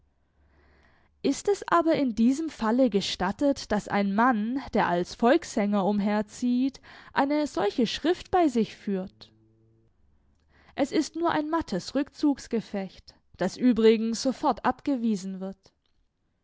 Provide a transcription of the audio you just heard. ist es aber in diesem falle gestattet daß ein mann der als volkssänger umherzieht eine solche schrift bei sich führt es ist nur ein mattes rückzugsgefecht das übrigens sofort abgewiesen wird